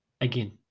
again